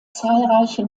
zahlreiche